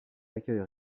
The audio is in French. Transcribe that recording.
accueille